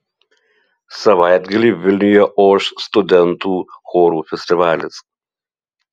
savaitgalį vilniuje oš studentų chorų festivalis